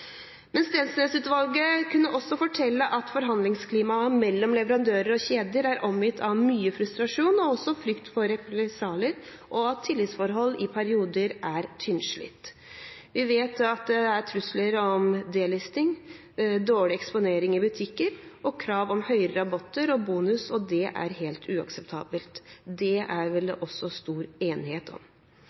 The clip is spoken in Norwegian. kunne også fortelle at forhandlingsklimaet mellom leverandører og kjeder er omgitt av mye frustrasjon, og også av frykt for represalier, og at tillitsforhold i perioder er tynnslitt. Vi vet at det er trusler om «delisting», dårlig eksponering i butikker og krav om høyere rabatter og bonus, og det er helt uakseptabelt. Det er det vel også stor enighet om.